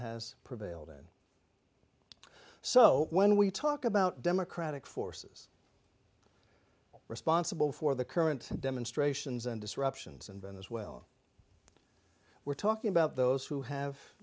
has prevailed and so when we talk about democratic forces responsible for the current demonstrations and disruptions and been as well we're talking about those who have